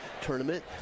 tournament